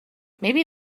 maybe